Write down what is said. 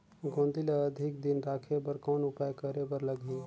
गोंदली ल अधिक दिन राखे बर कौन उपाय करे बर लगही?